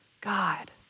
God